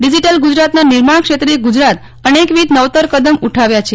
digital ગુજરાતના નિર્મા ્ણ ક્ષે ત્રે ગુજરાતે અને કવિધ નવતર કદમ ઉઠાવ્યા છે